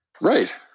Right